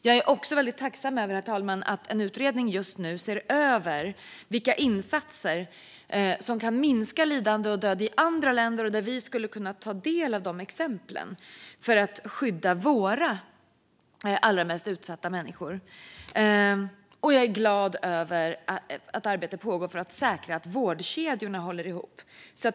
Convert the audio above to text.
Jag är också tacksam över att en utredning just nu ser över vilka insatser som kan minska lidande och död i andra länder och där vi kan ta del av de exemplen för att skydda våra allra mest utsatta. Jag är vidare glad över att arbete pågår för att säkra att vårdkedjorna håller ihop.